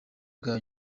bwa